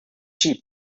sheep